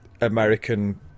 American